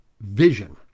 vision